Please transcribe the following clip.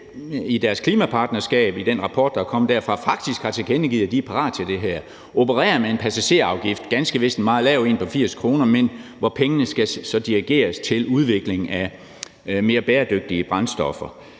i deres klimapartnerskab i den rapport, der er kommet derfra, faktisk har tilkendegivet, at de er parat til det her, altså at operere med en passagerafgift, ganske vist en meget lav en på 80 kr., hvor pengene så skal dirigeres til udvikling af mere bæredygtige brændstoffer.